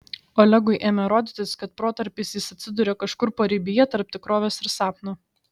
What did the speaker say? olegui ėmė rodytis kad protarpiais jis atsiduria kažkur paribyje tarp tikrovės ir sapno